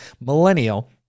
millennial